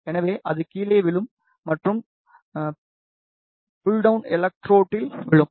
எனவே அது கீழே விழும் மற்றும் அது புல் டௌன் எலெக்ட்ரோட்டில் விழும்